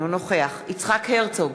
אינו נוכח יצחק הרצוג,